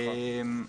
נכון.